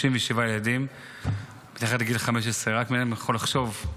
37 ילדים מתחת לגיל 15. בן אדם יכול לחשוב,